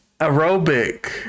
aerobic